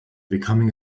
becoming